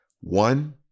one